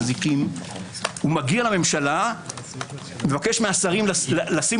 אזיקים ומגיע לממשלה ומבקש מהשרים לשים